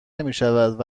نمیشود